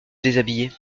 déshabiller